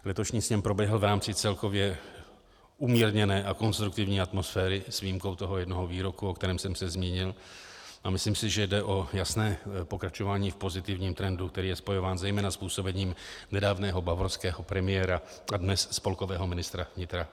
Letošní sněm proběhl v rámci celkově umírněné a konstruktivní atmosféry s výjimkou toho jednoho výroku, o kterém jsem se zmínil, a myslím si, že jde o jasné pokračování v pozitivním trendu, který je spojován zejména s působením nedávného bavorského premiéra a dnes spolkového ministra vnitra Horsta Seehofera.